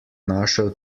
našel